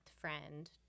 friend